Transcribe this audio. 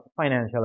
financial